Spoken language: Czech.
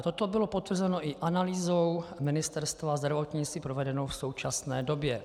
Toto bylo potvrzeno i analýzou Ministerstva zdravotnictví provedenou v současné době.